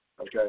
okay